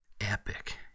epic